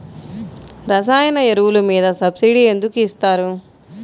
రసాయన ఎరువులు మీద సబ్సిడీ ఎందుకు ఇస్తారు?